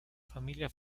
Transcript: familia